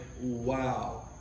wow